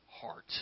heart